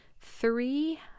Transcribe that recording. three